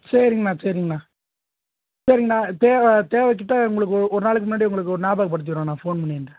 சரிங்கண்ணா சரிங்கண்ணா சரிங்கண்ணா தேவை தேவைக்கிட்ட உங்களுக்கு ஒ ஒரு நாளுக்கு முன்னாடியே உங்களுக்கு ஒரு ஞாபகப்படுத்தி விட்றேண்ணா ஃபோன் பண்ணிவிட்டு